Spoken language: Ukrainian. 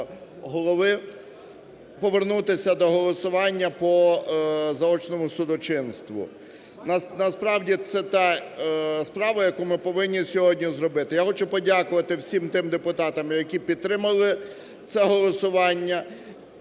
Голови повернутися до голосування по заочному судочинству. Насправді, це та справа, яку ми повинні сьогодні зробити. Я хочу подякувати всім тим депутатам, які підтримали це голосування,